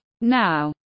Now